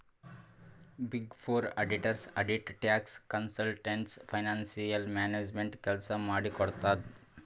big four auditors audit, tax, consultant, financial management ಕೆಲ್ಸ ಮಾಡಿ ಕೊಡ್ತುದ್